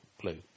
Blue